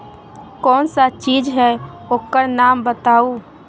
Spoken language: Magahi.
कौन सा चीज है ओकर नाम बताऊ?